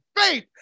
faith